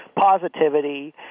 positivity